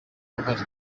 uruhare